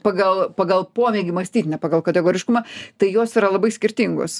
pagal pagal pomėgį mąstyti ne pagal kategoriškumą tai jos yra labai skirtingos